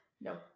No